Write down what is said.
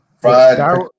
fried